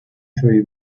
tree